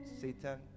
Satan